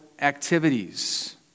activities